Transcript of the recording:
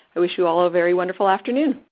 i wish you all a very wonderful afternoon.